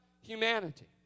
humanity